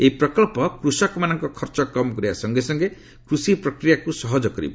ଏହି ପ୍ରକଳ୍ପ କୃଷକମାନଙ୍କ ଖର୍ଚ୍ଚ କମ୍ କରିବା ସଙ୍ଗେ ସଙ୍ଗେ କୃଷି ପ୍ରକ୍ରିୟାକୁ ସହଜ କରିବ